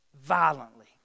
violently